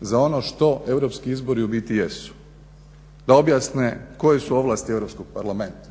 za ono što europski izbori u biti jesu. Da objasne koje su ovlasti Europskog parlamenta,